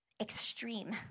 extreme